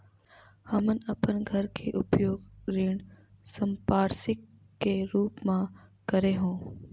हमन अपन घर के उपयोग ऋण संपार्श्विक के रूप म करे हों